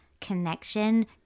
connection